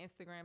Instagram